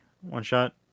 one-shot